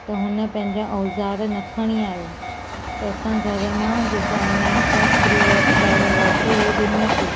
त हुन पंहिंजा औज़ार न खणी आयो त असां घर मां जेको ऑनलाइन तां स्क्रूड्राइवर वरितो हुओ ॾिनोसीं